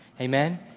Amen